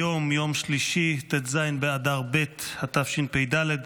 היום יום שלישי ט"ז באדר ב' התשפ"ד,